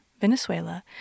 Venezuela